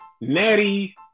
Natty